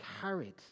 carried